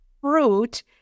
fruit